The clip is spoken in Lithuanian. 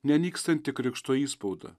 nenykstantį krikšto įspaudą